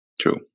True